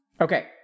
Okay